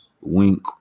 wink